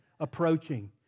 approaching